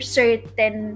certain